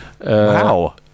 Wow